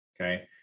Okay